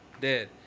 dead